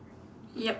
yup